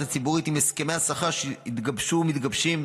הציבורית עם הסכמי השכר שהתגבשו ומתגבשים,